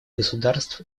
государств